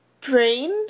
brain